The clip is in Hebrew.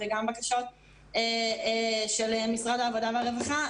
וגם בקשות של משרד העבודה והרווחה,